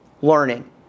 learning